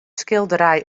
skilderij